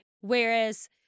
Whereas